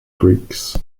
greeks